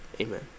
amen